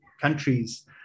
countries